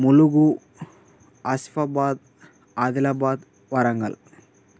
Mulugu Asifabad Adilabad Warangal